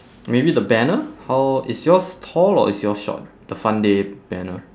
maybe the banner how is yours tall or is yours short the fun day banner